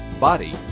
body